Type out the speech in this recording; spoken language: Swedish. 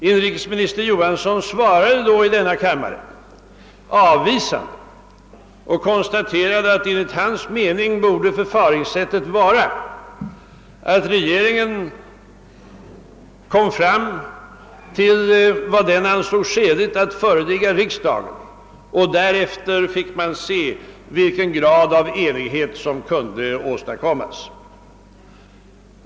Inrikesminister Johansson svarade då i denna kammare avvisande och sade att enligt hans mening borde regeringen först komma fram till vad den ansåg skäligt att förelägga riksdagen, och därefter fick man se vilken grad av enighet som kunde nås.